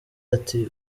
ati